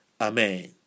Amen